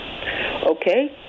Okay